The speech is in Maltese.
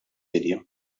dinja